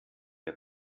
der